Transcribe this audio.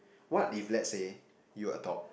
what if let say you adopt